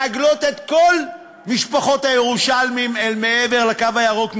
להגלות את כל משפחות הירושלמים אל מעבר לקו הירוק,